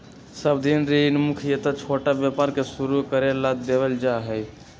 सावधि ऋण मुख्यत छोटा व्यापार के शुरू करे ला देवल जा हई